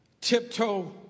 Tiptoe